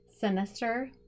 Sinister